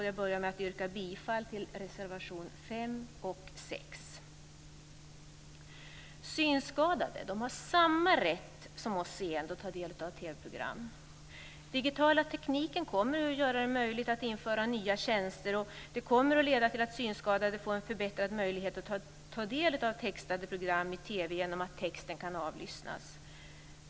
Jag börjar med att yrka bifall till reservationerna 5 och 6. Synskadade har samma rätt som oss seende att ta del av TV-program. Den digitala tekniken kommer att göra det möjligt att införa nya tjänster, och det kommer att leda till att synskadade får en förbättrad möjlighet att ta del av textade program i TV genom att texten kan avlyssnas.